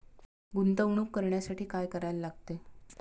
गुंतवणूक करण्यासाठी काय करायला लागते?